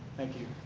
thank you.